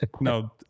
No